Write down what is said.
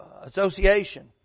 Association